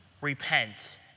Repent